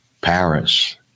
Paris